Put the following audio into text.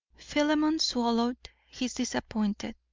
philemon swallowed his disappointment.